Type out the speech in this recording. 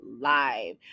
live